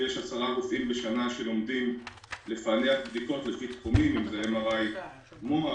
ויש 10 רופאים בשנה שלומדים לפענח בדיקות לפי תחומים MRI מוח,